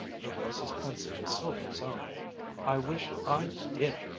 her voice as pensive as sylvia's own i wish i did!